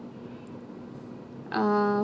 err